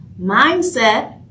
mindset